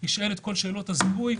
יישאל שאלות זיהוי,